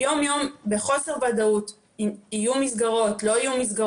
אני גם חושבת ומציעה שנכון לערוך מעקב בנושא